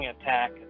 attack